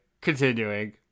continuing